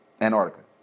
Antarctica